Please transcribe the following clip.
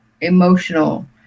emotional